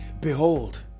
Behold